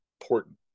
important